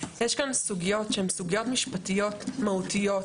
יש כאן סוגיות שהן סוגיות משפטיות מהותיות,